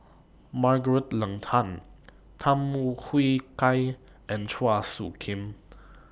Margaret Leng Tan Tham Yui Kai and Chua Soo Khim